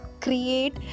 create